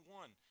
one